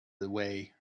away